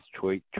choice